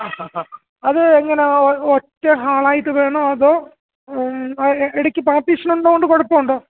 ആ ആ ആ അത് എങ്ങനാണ് ഒറ്റ ഹാളായിട്ട് വേണോ അതോ ഇടക്ക് പാർട്ടീഷൻ ഉള്ളോണ്ട് കുഴപ്പമുണ്ടോ